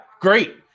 great